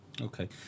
Okay